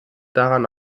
daran